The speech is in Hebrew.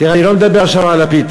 אני לא מדבר עכשיו על לפיד,